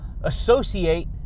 associate